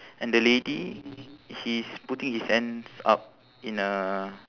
and the lady he's putting his hands up in a